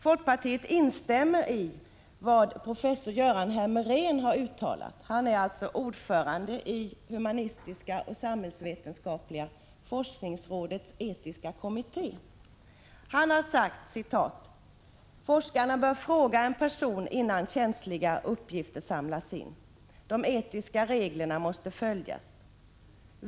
Folkpartiet instämmer i följande uttalande av professor Göran Hermerén, ordförande i humanistiska och samhällsvetenskapliga forskningsrådets etiska kommitté: Forskare bör fråga en person innan känsliga uppgifter samlas. De etiska reglerna måste följas.